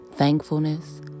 Thankfulness